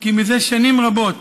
כי זה שנים רבות